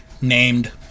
named